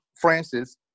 Francis